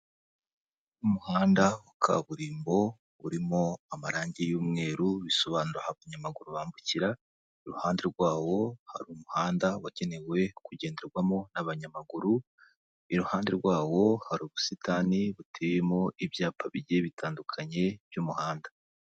Umuhanda wa kaburimbo urimo amarangi y'umweru bisobanura abanyamaguru bambukira, iruhande rwawo, hari umuhanda wagenewe kugenderwamo n'abanyamaguru, iruhande rwawo, hari ubusitani buteyemo ibyapa bigiye bitandukanye by'umuhanda.